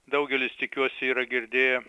daugelis tikiuosi yra girdėję